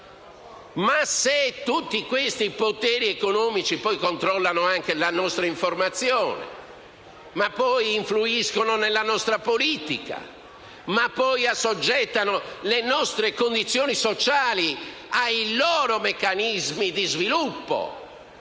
Ma se tutti questi poteri economici controllano la nostra informazione, influiscono nella nostra politica e assoggettano le nostri condizioni sociali ai loro meccanismi di sviluppo,